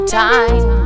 time